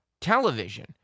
television